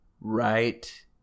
right